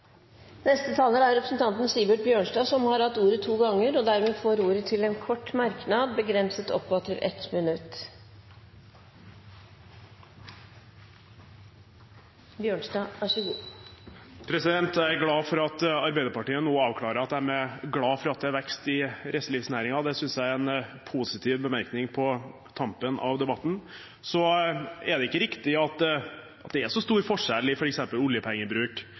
Representanten Sivert Bjørnstad har hatt ordet to ganger tidligere og får ordet til en kort merknad, begrenset til 1 minutt. Jeg er glad for at Arbeiderpartiet nå avklarer at de er glade for at det er vekst i reiselivsnæringen. Det synes jeg er en positiv bemerkning på tampen av debatten. Så er det ikke riktig at det er så stor forskjell i f.eks. oljepengebruk